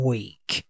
Week